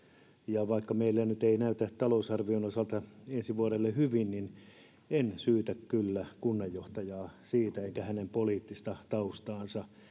ja vaikka meillä nyt ei näytä talousarvion osalta ensi vuonna hyvältä niin en syytä kyllä kunnanjohtajaa siitä enkä hänen poliittista taustaansa